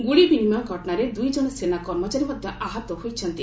ଗୁଳି ବିନିମୟ ଘଟଣାରେ ଦୂଇ ଜଣ ସେନା କର୍ମଚାରୀ ମଧ୍ୟ ଆହତ ହୋଇଛନ୍ତି